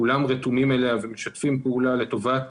כולם רתומים אליה ומשתפים פעולה לטובת